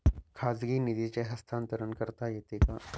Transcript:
खाजगी निधीचे हस्तांतरण करता येते का?